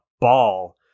ball